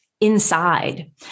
inside